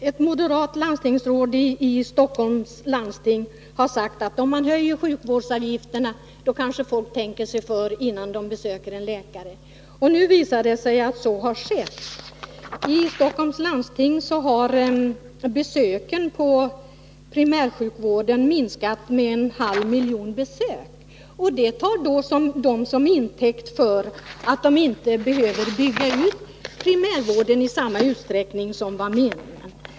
Ett moderat landstingsråd i Stockholms läns landsting har sagt att om man höjer sjukvårdsavgifterna kanske folk tänker sig för innan de söker en läkare. Och nu visar det sig att så har skett. I Stockholms landsting har besöken inom primärsjukvården minskat med en halv miljon besök. Det tas då som intäkt för att landstinget inte behöver bygga ut primärsjukvården i samma utsträckning som var meningen.